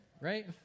right